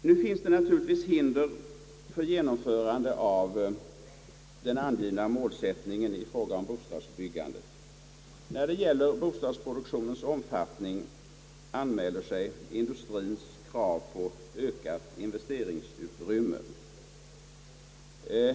Det finns naturligtvis hinder för genomförandet av den angivna målsättningen i fråga om bostadsbyggandet. När det gäller bostadsproduktionens omfattning anmäler sig industriens krav på ökat investeringsutrymme.